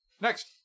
Next